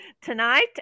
tonight